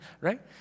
right